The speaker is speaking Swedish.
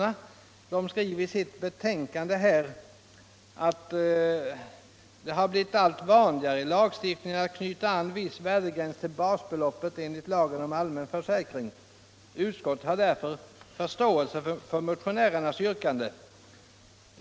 Utskottet skriver i sitt betänkande: ”Såsom påpekas i motionen har det blivit allt vanligare i lagstiftningen att knyta an viss värdegräns till basbeloppet enligt lagen om allmän försäkring. Utskottet har därför förståelse för motionärernas yrkande.